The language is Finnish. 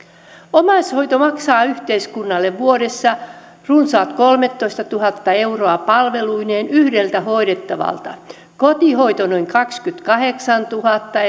omaishoito maksaa yhteiskunnalle vuodessa runsaat kolmetoistatuhatta euroa palveluineen yhdeltä hoidettavalta kotihoito noin kaksikymmentäkahdeksantuhatta